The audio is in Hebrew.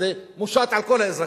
שזה מושת על כל האזרחים,